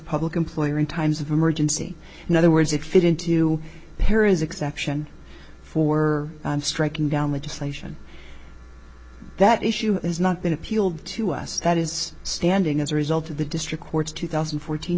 public employer in times of emergency in other words it fit into paris exception for striking down legislation that issue has not been appealed to us that is standing as a result of the district court's two thousand and fourteen